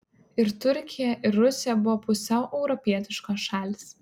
ir turkija ir rusija buvo pusiau europietiškos šalys